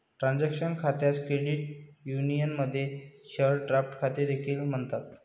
transaction खात्यास credit युनियनमध्ये share draft खाते देखील म्हणतात